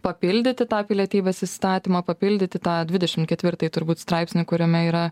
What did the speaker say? papildyti tą pilietybės įstatymą papildyti tą dvidešim ketvirtąjį turbūt straipsnį kuriame yra